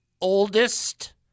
oldest